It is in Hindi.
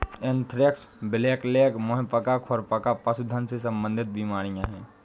एंथ्रेक्स, ब्लैकलेग, मुंह पका, खुर पका पशुधन से संबंधित बीमारियां हैं